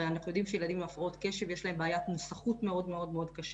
ואנחנו יודעים שילדים עם הפרעות קשב יש להם בעיית מוסחות מאוד קשה,